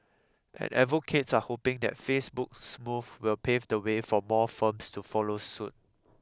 and advocates are hoping that Facebook's move will pave the way for more firms to follow suit